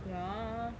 ya